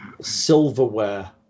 silverware